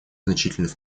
значительный